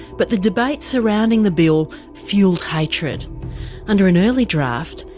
but the debate surrounding the bill fuelled hatred under an early draft,